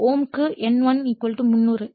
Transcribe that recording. இது ∅m க்கு N1 300